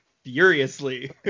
Furiously